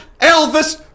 Elvis